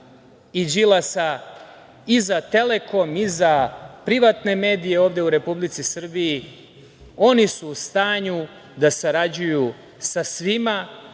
i Đilasa i za „Telekom“, i za privatne medije ovde u Republici Srbiji, oni su u stanju da sarađuju sa svima,